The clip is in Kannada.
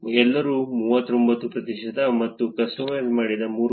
7 ಎಲ್ಲರೂ 39 ಪ್ರತಿಶತ ಮತ್ತು ಕಸ್ಟಮೈಸ್ ಮಾಡಿದ 3